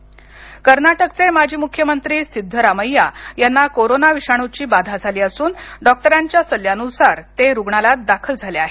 सिद्धरामय्या कर्नाटकचे माजी मुख्यमंत्री सिद्धरामय्या यांना कोरोना विषाणूची बाधा झाली असून डॉक्टरांच्या सल्ल्यावरून ते रुग्णालयात दाखल झाले आहेत